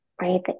right